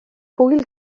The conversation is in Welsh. hwyl